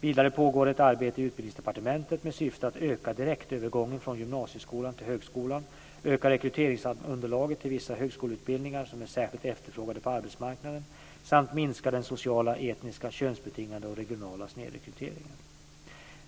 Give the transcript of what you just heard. Vidare pågår ett arbete i Utbildningsdepartementet med syfte att öka direktövergången från gymnasieskolan till högskolan, öka rekryteringsunderlaget till vissa högskoleutbildningar som är särskilt efterfrågade på arbetsmarknaden samt minska den sociala, etniska, könsbetingade och regionala snedrekryteringen.